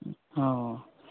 ꯑꯣ